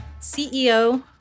CEO